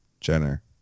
Jenner